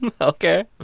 Okay